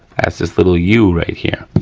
that's this little u right here.